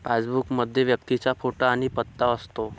passbook मध्ये व्यक्तीचा photo आणि पत्ता असतो